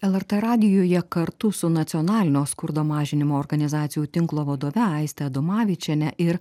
lrt radijuje kartu su nacionalinio skurdo mažinimo organizacijų tinklo vadove aiste adomavičiene ir